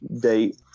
date